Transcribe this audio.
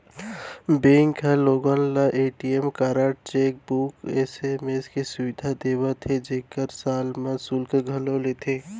bank ह लोगन ल ए.टी.एम कारड, चेकबूक, एस.एम.एस के सुबिधा देवत हे जेकर साल म सुल्क घलौ लेथे